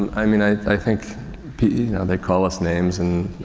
and i mean, i, i think, you know they call us names and